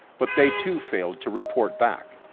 but they, too, failed to report back.